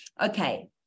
Okay